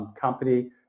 company